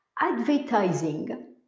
advertising